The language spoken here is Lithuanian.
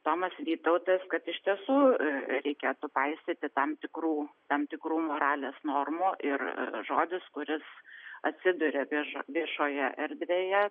tomas vytautas kad iš tiesų reikėtų paisyti tam tikrų tam tikrų moralės normų ir žodis kuris atsiduria viešo viešoje erdvėje